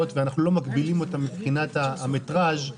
ואנחנו לא מגבילים אותם מבחינת המטרז',